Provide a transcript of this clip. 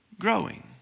growing